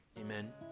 Amen